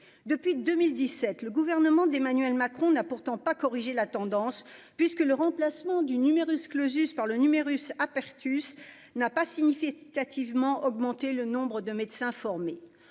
depuis 2017, le gouvernement d'Emmanuel Macron n'a pourtant pas corrigé la tendance puisque le remplacement du numerus clausus par le numerus apertus n'a pas significativement augmenté le nombre de médecins formés,